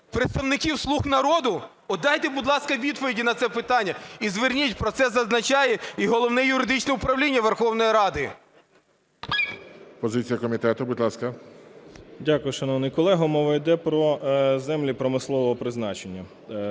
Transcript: представників "слуг народу"? От дайте, будь ласка, відповідь на це питання. І зверніть, про це зазначає і Головне юридичне управління Верховної Ради. ГОЛОВУЮЧИЙ. Позиція комітету, будь ласка. 13:15:19 НАТАЛУХА Д.А. Дякую, шановний колего. Мова йде про землі промислового призначення.